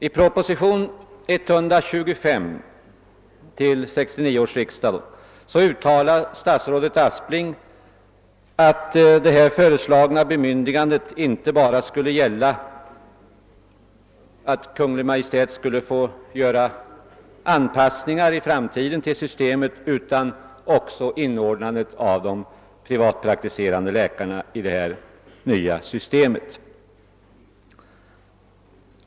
I propositionen 125 till 1969 års riksdag uttalade statsrådet Aspling att det föreslagna bemyndigandet även skulle innefatta befogenhet för Kungl. Maj:t att göra anpassningar efter framtida förändringar, exempelvis beträffande inordnandet av de privatpraktiserande läkarna i detta nya system.